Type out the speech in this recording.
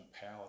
power